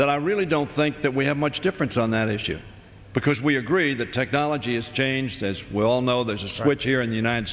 t i really don't think that we have much difference on that issue because we agree that technology has changed as well know there's a switch here in the united